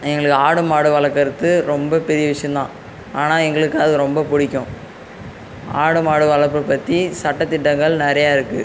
எங்களுக்கு ஆடு மாடு வளர்க்கறது ரொம்ப பெரிய விஷயம் தான் ஆனால் எங்களுக்கு அது ரொம்ப பிடிக்கும் ஆடு மாடு வளர்ப்பு பற்றி சட்ட திட்டங்கள் நிறைய இருக்கு